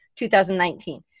2019